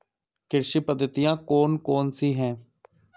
कृषि पद्धतियाँ कौन कौन सी हैं?